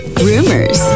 rumors